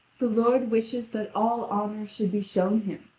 the lord wishes that all honour should be shown him,